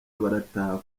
barataha